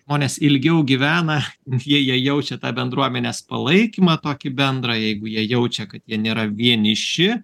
žmonės ilgiau gyvena jie jie jaučia tą bendruomenės palaikymą tokį bendrą jeigu jie jaučia kad jie nėra vieniši